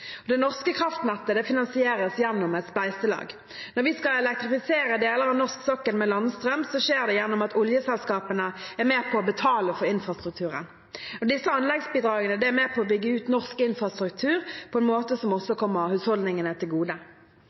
Det norske kraftnettet finansieres gjennom et spleiselag. Når vi skal elektrifisere deler av norsk sokkel med landstrøm, skjer det gjennom at oljeselskapene er med på å betale for infrastrukturen. Disse anleggsbidragene er med på å bygge ut norsk infrastruktur på en måte som også kommer husholdningene til gode.